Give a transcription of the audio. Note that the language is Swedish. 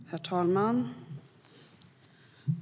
Herr talman!